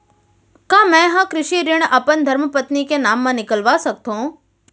का मैं ह कृषि ऋण अपन धर्मपत्नी के नाम मा निकलवा सकथो?